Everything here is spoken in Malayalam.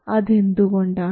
അത് എന്തുകൊണ്ടാണ്